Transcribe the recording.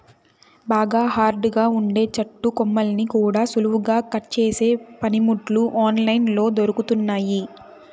బాగా హార్డ్ గా ఉండే చెట్టు కొమ్మల్ని కూడా సులువుగా కట్ చేసే పనిముట్లు ఆన్ లైన్ లో దొరుకుతున్నయ్యి